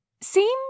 seems